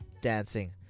dancing